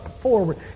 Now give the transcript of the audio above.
forward